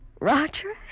Roger